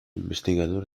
investigador